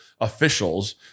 officials